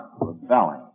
rebelling